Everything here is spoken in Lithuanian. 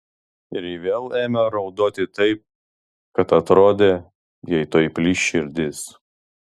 ir ji vėl ėmė raudoti taip kad atrodė jai tuoj plyš širdis